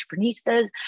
entrepreneurs